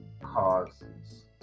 causes